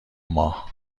ماه